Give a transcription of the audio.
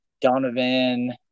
Donovan